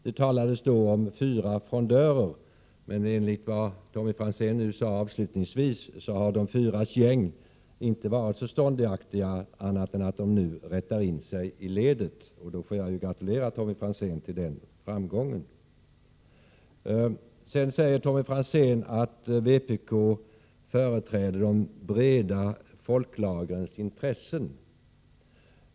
Det har talats om fyra frondörer, men enligt vad Tommy Franzén avslutningsvis sade har de fyras gäng inte varit mer ståndaktiga än att de nu rättar in sig i ledet. Jag får gratulera Tommy Franzén till den framgången. Tommy Franzén säger vidare att vpk företräder de breda folklagrens intressen.